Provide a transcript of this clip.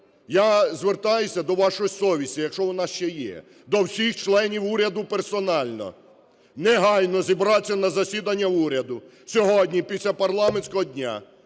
Я звертаюся до вашої совісті, якщо вона ще є, до всіх членів уряду персонально. Негайно зібратися на засідання уряду сьогодні, після парламентського дня,